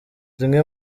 zimwe